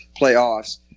playoffs